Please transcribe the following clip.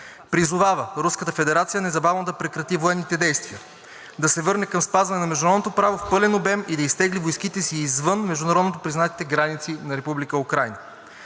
федерация незабавно да прекрати военните действия, да се върне към спазване на международното право в пълен обем и да изтегли войските си извън международно признатите граници на Република